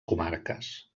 comarques